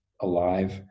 alive